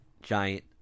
giant